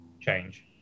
change